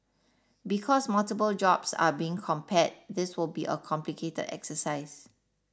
because multiple jobs are being compared this will be a complicated exercise